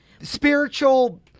spiritual